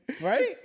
right